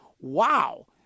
wow